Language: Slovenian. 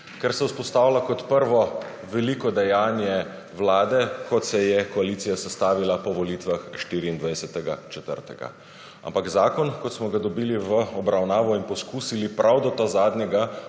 ker se vzpostavlja kot prvo veliko dejanje vlade kot se je koalicija sestavila po volitvah 24. aprila. Ampak zakon kot smo ga dobili v obravnavo in poskusili prav do ta zadnjega